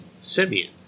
Simeon